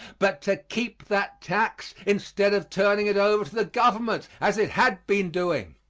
but to keep that tax instead of turning it over to the government, as it had been doing.